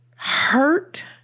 hurt